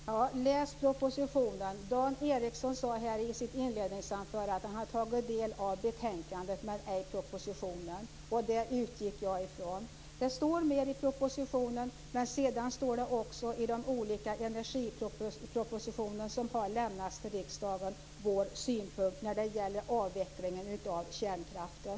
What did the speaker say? Herr talman! Läs propositionen! Dan Ericsson sade i sitt inledningsanförande att han hade tagit del av betänkandet men ej propositionen, och det utgick jag ifrån. Det står mer i propositionen, och sedan innehåller också de olika energipropositioner som har lämnats till riksdagen våra synpunkter när det gäller avvecklingen av kärnkraften.